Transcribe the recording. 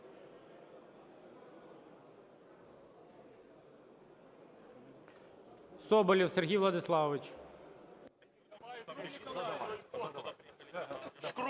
Соболєв Сергій Владиславович.